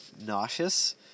nauseous